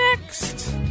next